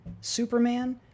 Superman